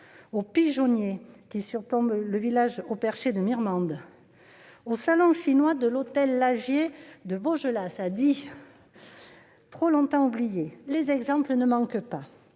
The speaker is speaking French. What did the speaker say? au pigeonnier qui surplombe le village haut perché de Mirmande, ou encore au salon chinois de l'hôtel Lagier de Vaugelas à Die, lieu trop longtemps oublié : les exemples ne manquent pas